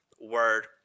word